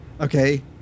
okay